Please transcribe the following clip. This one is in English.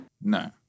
No